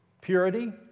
purity